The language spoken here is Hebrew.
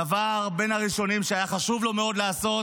הדבר מבין הראשונים שהיה חשוב לו מאוד לעשות